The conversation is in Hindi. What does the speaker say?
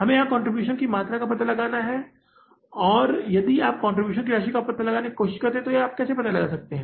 हमें यहां कंट्रीब्यूशन की मात्रा का पता लगाना है और यदि आप कंट्रीब्यूशन की राशि का पता लगाने की कोशिश करते हैं तो आप कैसे पता लगा सकते हैं